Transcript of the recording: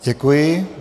Děkuji.